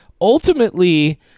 Ultimately